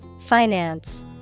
Finance